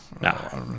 No